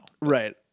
Right